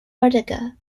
ortega